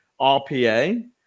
RPA